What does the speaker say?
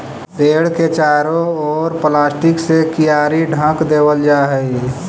पेड़ के चारों ओर प्लास्टिक से कियारी ढँक देवल जा हई